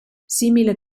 simile